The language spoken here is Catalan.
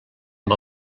amb